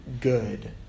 good